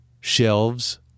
shelves